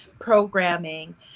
programming